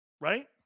right